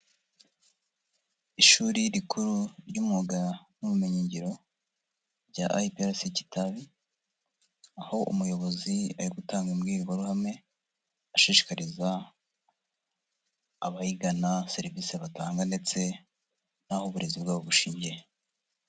Ishuri rikuru ry'Umwuga n'Ubumenyingiro rya IPRC Kitabi, aho umuyobozi ari gutanga imbwirwaruhame, ashishikariza abayigana serivisi batanga ndetse n'aho uburezi bwabo bushingiye.